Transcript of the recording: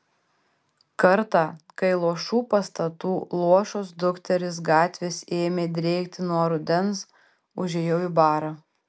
kartą kai luošų pastatų luošos dukterys gatvės ėmė drėkti nuo rudens užėjau į barą